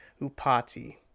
Upati